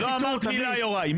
לא אמרת מילה יוראי,